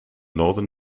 northern